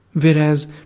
whereas